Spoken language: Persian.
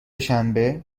شنبه